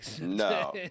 No